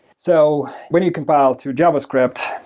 so when you compile to javascript,